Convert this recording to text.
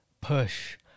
push